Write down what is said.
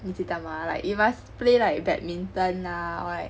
你知道 mah like you must play like badminton lah or like